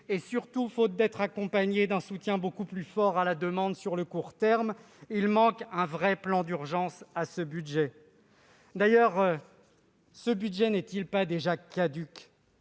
surtout faute d'être accompagnée d'un soutien beaucoup plus fort à la demande sur le court terme. Il manque un vrai plan d'urgence à ce budget. D'ailleurs, celui-ci n'est-il pas déjà caduc ?